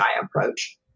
Approach